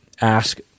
ask